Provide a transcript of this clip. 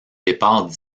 départ